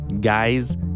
Guys